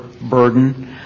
burden